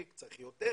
טיפול